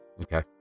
Okay